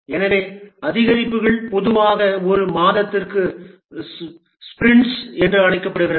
எனவே அதிகரிப்புகள் பொதுவாக ஒரு மாதத்திற்கு ஸ்பிரிண்ட்ஸ் என அழைக்கப்படுகின்றன